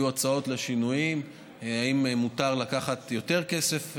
הצעות לשינויים: האם מותר לקחת יותר כסף,